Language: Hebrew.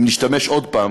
אם נשתמש עוד פעם